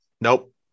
Nope